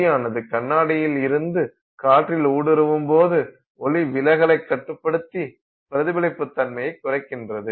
ஒளியானது கண்ணாடியில் இருந்து காற்றில் ஊடுருவும்போது ஒளிவிலகலைக் கட்டுப்படுத்தி பிரதிபலிப்பு தன்மையைக் குறைக்கின்றது